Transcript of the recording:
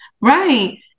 Right